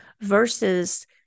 versus